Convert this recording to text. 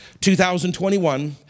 2021